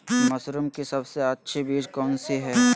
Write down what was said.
Mushroom की सबसे अच्छी बीज कौन सी है?